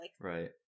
Right